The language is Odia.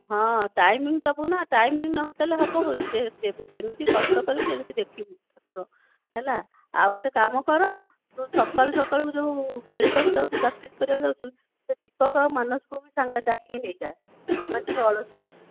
ହଁ ଟାଇମ୍ ଦେବୁନା ଟାଇମ୍ ନ ଦେଲେ ହେବ କେମିତି ଯେମିତି କଷ୍ଟ କରିବୁ ସେମିତି ଦେଖିବୁ ଠାକୁର ହେଲା ଆଉ ଗୋଟେ କାମ କର ତୁ ସକାଳୁ ସକାଳୁ ଯେଉଁ ଖେଳିବାକୁ ଯାଉଛୁ ପ୍ରାକ୍ଟିସ୍ କରିବାକୁ ଯାଉଛୁ ସେ ଦୀପକ ଆଉ ମାନସକୁ ବି ସାଙ୍ଗରେ ଡ଼ାକିକି ନେଇଯା ସେମାନେ ଟିକିଏ ଅଳସୁଆ ଅଛନ୍ତି